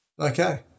Okay